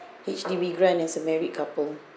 H_D_B grant as a married couple